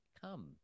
come